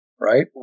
right